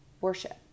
worship